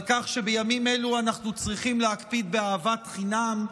על כך שבימים אלו אנחנו צריכים להקפיד באהבת חינם.